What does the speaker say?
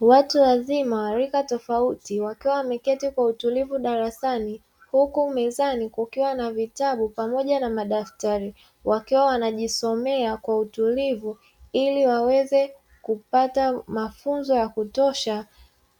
Watu wazima wa rika tofauti wakiwa wameketi kwa utulivu darasani, huku mezani kukiwa na vitabu pamoja na madaftari. Wakiwa wanajisomea kwa utulivu ili waweze kupata mafunzo ya kutosha